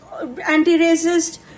anti-racist